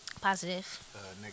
Positive